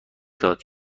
داد